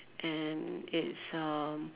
and it's uh